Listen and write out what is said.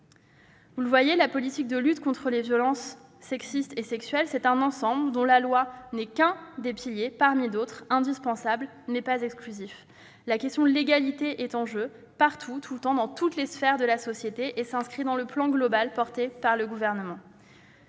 Vous le constatez, la politique de lutte contre les violences sexistes et sexuelles, c'est un ensemble : la loi n'est qu'un pilier parmi d'autres, indispensable, mais pas exclusif. La question de l'égalité est en jeu, partout, tout le temps, dans toutes les sphères de la société, et s'inscrit dans le plan global défendu par le Gouvernement.